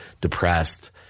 depressed